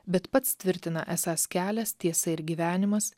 bet pats tvirtina esąs kelias tiesa ir gyvenimas